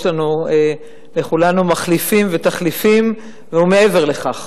יש לנו, לכולנו, מחליפים ותחליפים, ומעבר לכך.